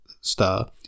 star